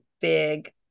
big